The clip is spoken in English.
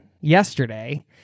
yesterday